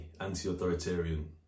anti-authoritarian